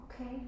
Okay